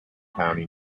county